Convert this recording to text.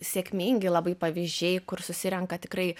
sėkmingi labai pavyzdžiai kur susirenka tikrai